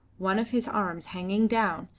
one of his arms hanging down,